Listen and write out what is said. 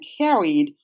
carried